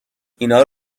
اینا